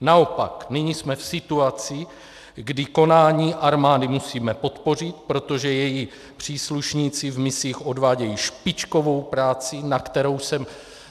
Naopak, nyní jsme v situaci, kdy konání armády musíme podpořit, protože její příslušníci v misích odvádějí špičkovou práci, na kterou jsem